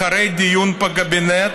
אחרי דיון בקבינט,